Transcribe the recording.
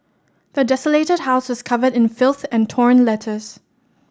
the desolated house was covered in filth and torn letters